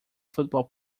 football